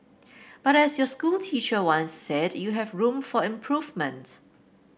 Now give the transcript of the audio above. but as your school teacher once said you have room for improvement